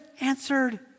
answered